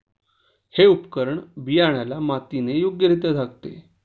हे उपकरण बियाण्याला मातीने योग्यरित्या झाकते